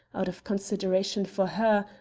out of consideration for her,